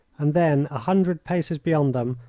and then, a hundred paces beyond them,